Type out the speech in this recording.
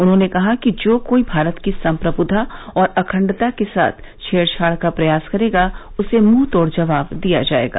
उन्होंने कहा कि जो कोई भारत की सम्प्रभूता और अखंडता के साथ छेड़छाड़ का प्रयास करेगा उसे मुंहतोड़ जवाब दिया जाएगा